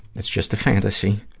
it's just a fantasy.